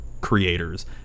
creators